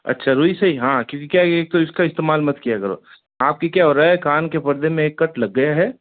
अच्छा रूई से ही हाँ क्योंकि क्या है एक तो इसका इस्तेमाल मत किया करो आपकी क्या हो रहा है कान के पर्दे में एक कट लग गया है